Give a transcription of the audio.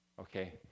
okay